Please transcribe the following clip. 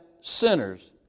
sinners